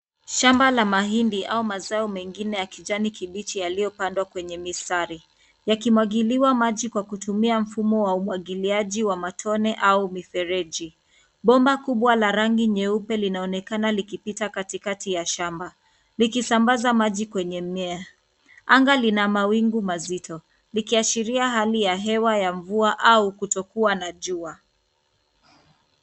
Shamba la mahindi au mazao mengine ya kijani kibichi yaliyopandwa kwenye mistari, yakimwagiliwa maji kwa kutumia mfumo wa umwagiliaji wa matone au mifereji. Bomba kubwa la rangi nyeupe linaonekana likipita katikati ya shamba, likisambaza maji kwenye mimea. Anga lina mawingu mazito, likiashiria hali ya hewa ya mvua au kutokuwa na jua.